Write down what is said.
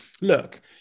Look